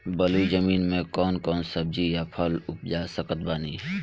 बलुई जमीन मे कौन कौन सब्जी या फल उपजा सकत बानी?